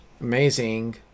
Amazing